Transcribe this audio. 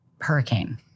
hurricane